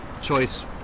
choice